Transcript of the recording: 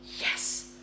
Yes